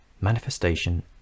manifestation